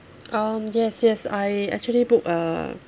um yes yes I actually booked a